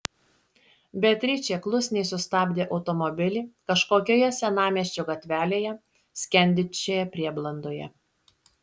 beatričė klusniai sustabdė automobilį kažkokioje senamiesčio gatvelėje skendinčioje prieblandoje